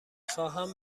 خواهم